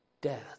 death